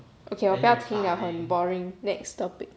okay 我不要了很 boring next topic